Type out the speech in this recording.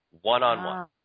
one-on-one